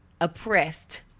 oppressed